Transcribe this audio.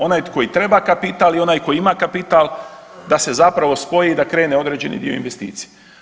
Onaj koji treba kapital i onaj koji ima kapital da se zapravo spoji i da krene određeni dio investicija.